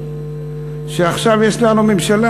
עכשיו כשיש לנו ממשלה,